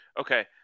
Okay